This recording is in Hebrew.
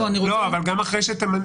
גם אחרי שתמנה